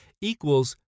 equals